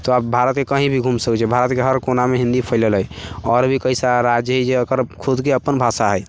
तऽ आप भारतके कहीं भी घुमि सकै छियै भारतके हर कोनामे हिन्दी फैलल हइ आओर भी कई सारा राज्य हइ जकर खुदके अपन भाषा हइ